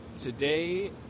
Today